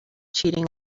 cheating